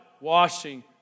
washing